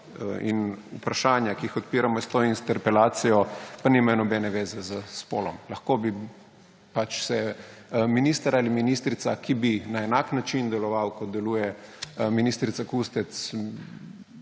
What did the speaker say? in vprašanja, ki jih odpiramo s to interpelacijo, pa nimajo nobene zveze z spolom. Lahko bi se minister ali ministrica, ki bi na enak način deloval, kot deluje ministrica Kustec,